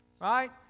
right